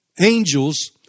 Angels